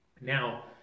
Now